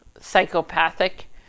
psychopathic